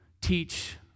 teach